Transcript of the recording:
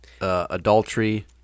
adultery